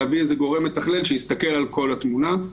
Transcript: להביא גורם מתכלל שיסתכל על כל התמונה.